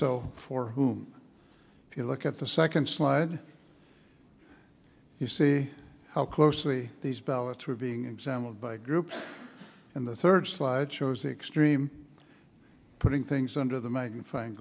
so for whom if you look at the second slide you see how closely these ballots were being examined by a group in the third slideshows extreme putting things under the magnifying